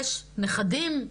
יש נכדים,